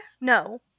No